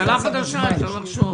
הממשלה החדשה אפשר לחשוב.